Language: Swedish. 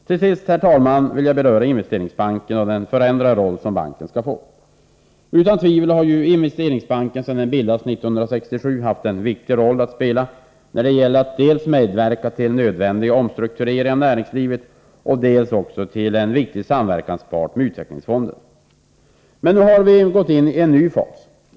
Till sist, herr talman, vill jag beröra Investeringsbanken och den förändrade roll som banken skall få. Utan tvivel har Investeringsbanken — sedan den bildades 1967 — haft en viktig roll att spela när det gällt att dels medverka till nödvändiga omstruktureringar av näringslivet, dels vara en viktig samverkanspart för utvecklingsfonderna. Nu har vi gått in i en ny fas.